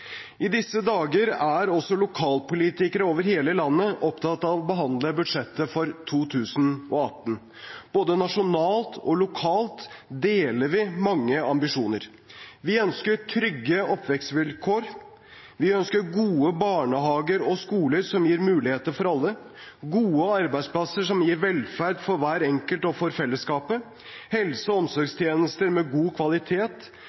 I disse dager er også lokalpolitikere over hele landet opptatt med å behandle budsjettet for 2018. Både nasjonalt og lokalt deler vi mange ambisjoner. Vi ønsker trygge oppvekstvilkår, gode barnehager og skoler som gir muligheter for alle, gode arbeidsplasser som gir velferd for hver enkelt og for fellesskapet, helse- og omsorgstjenester med god kvalitet,